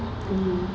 hmm